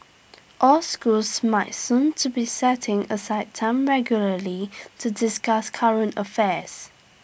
all schools might soon to be setting aside time regularly to discuss current affairs